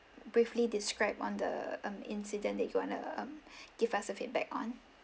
briefly describe on the um incident that you wanna um give us a feedback on